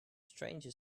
stranger